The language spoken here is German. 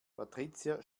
patricia